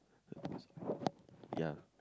ya